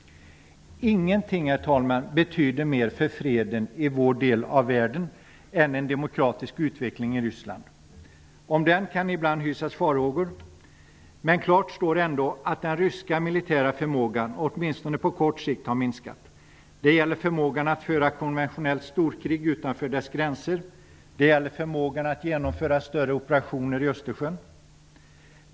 Ingenting, herr talman, betyder mer för freden i vår del av världen än en demokratisk utveckling i Ryssland. När det gäller den kan det ibland hysas farhågor, men det står ändå klart att den ryska militära förmågan åtminstone på kort sikt har minskat. Det gäller förmågan att föra ett konventionellt storkrig utanför landets gränser och att genomföra större operationer i Östersjön.